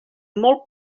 molt